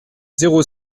zéro